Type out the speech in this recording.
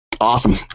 Awesome